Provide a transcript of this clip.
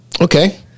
Okay